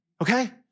Okay